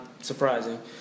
surprising